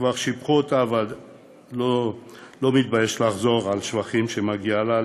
כבר שיבחו אותה אבל אני לא מתבייש לחזור על שבחים שמגיעים לה,